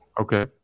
okay